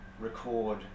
record